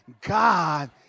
God